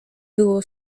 było